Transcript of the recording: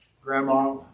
Grandma